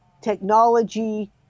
technology